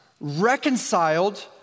reconciled